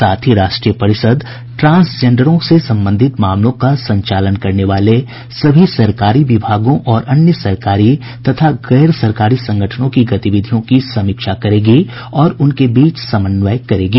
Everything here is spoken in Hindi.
साथ ही राष्ट्रीय परिषद ट्रांसजेंडरों से संबंधित मामलों का संचालन करने वाले सभी सरकारी विभागों और अन्य सरकारी तथा गैर सरकारी संगठनों की गतिविधियों की समीक्षा करेगी और उनके बीच समन्वय करेगी